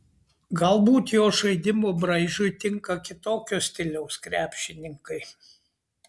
galbūt jo žaidimo braižui tinka kitokio stiliaus krepšininkai